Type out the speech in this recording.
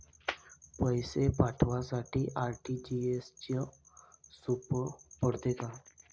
पैसे पाठवासाठी आर.टी.जी.एसचं सोप पडते का?